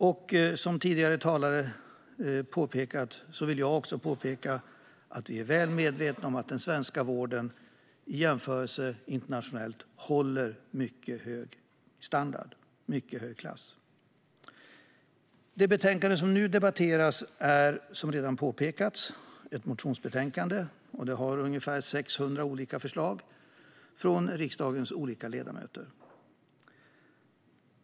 Liksom tidigare talare har påpekat vill jag också påpeka att vi är väl medvetna om att den svenska vården i internationell jämförelse har mycket hög standard och mycket hög klass. Det betänkande som nu debatteras är, som redan påpekats, ett motionsbetänkande. Det behandlar ungefär 600 olika förslag från riksdagens ledamöter.